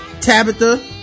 Tabitha